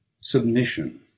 Submission